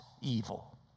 evil